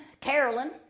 Carolyn